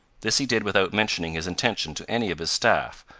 this he did without mentioning his intention to any of his staff,